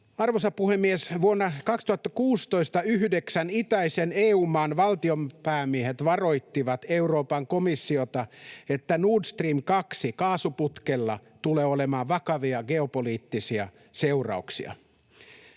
Arvoisa puhemies! Vuonna 2016 yhdeksän itäisen EU-maan valtionpäämiehet varoittivat Euroopan komissiota, että Nord Stream 2 ‑kaasuputkella tulee olemaan vakavia geopoliittisia seurauksia.